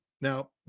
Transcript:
Now